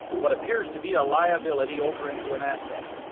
what appears to be a liability over into an asset,